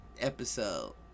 episode